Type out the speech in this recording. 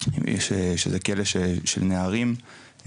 שהוא כלא של נערים,